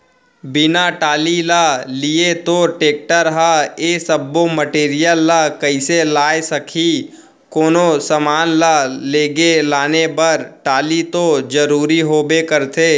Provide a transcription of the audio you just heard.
बिना टाली ल लिये तोर टेक्टर ह ए सब्बो मटेरियल ल कइसे लाय सकही, कोनो समान ल लेगे लाने बर टाली तो जरुरी होबे करथे